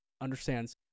understands